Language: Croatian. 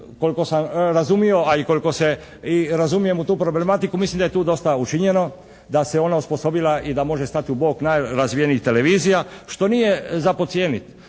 koliko sam razumio, a i koliko se razumijem u tu problematiku mislim da je tu dosta učinjeno da se ona osposobila i da može stati u bok najrazvijenijih televizija što nije za podcijeniti.